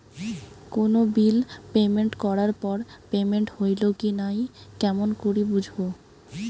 কোনো bill payment করার পর পেমেন্ট হইল কি নাই কেমন করি বুঝবো?